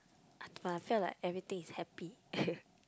but I feel like everything is happy